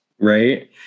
Right